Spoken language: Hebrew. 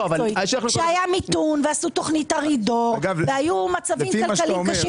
כשהיה מיתון ועשו תכנית ארידור והיו מצבים כלכליים קשים